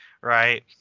right